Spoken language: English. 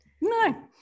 No